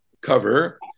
cover